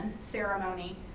ceremony